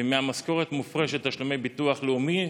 ומהמשכורת מופרשים תשלומי ביטוח לאומי,